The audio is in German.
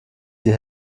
sie